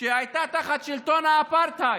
כשהיא הייתה תחת שלטון האפרטהייד.